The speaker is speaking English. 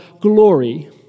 glory